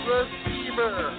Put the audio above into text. receiver